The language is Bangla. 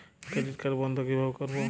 ক্রেডিট কার্ড বন্ধ কিভাবে করবো?